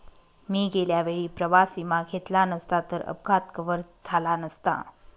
मी गेल्या वेळी प्रवास विमा घेतला नसता तर अपघात कव्हर झाला नसता